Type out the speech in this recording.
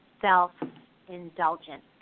self-indulgent